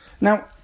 Now